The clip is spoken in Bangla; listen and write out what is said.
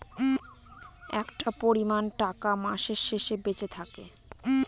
একটা পরিমান টাকা মাসের শেষে বেঁচে থাকে